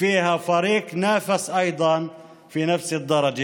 שיש בו קבוצה שמתחרה באותה ליגה,